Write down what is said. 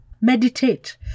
Meditate